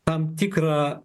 tam tikrą